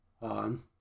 on